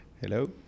Hello